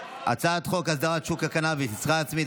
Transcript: נעבור להצבעה על הצעת חוק אסדרת שוק הקנביס לצריכה עצמית,